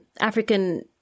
African